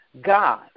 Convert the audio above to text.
God